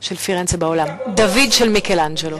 של פירנצה בעולם: "דוד" של מיכלאנג'לו,